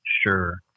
Sure